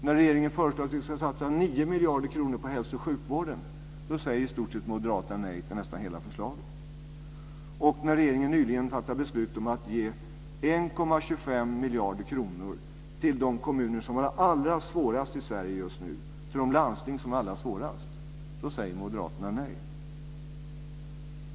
När regeringen föreslår att vi ska satsa 9 miljarder kronor på hälso och sjukvården, då säger Moderaterna i stort sett nej till nästan hela förslaget. Och när regeringen nyligen fattade beslut om att ge 1,25 miljarder kronor till de kommuner och de landsting som har det allra svårast i Sverige just nu, då säger Moderaterna nej.